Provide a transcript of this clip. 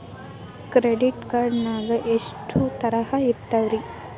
Credit card ನಾಗ ಎಷ್ಟು ತರಹ ಇರ್ತಾವ್ರಿ?